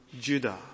Judah